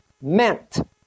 meant